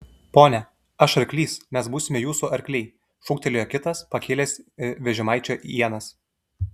pone aš arklys mes būsime jūsų arkliai šūktelėjo kitas pakėlęs vežimaičio ienas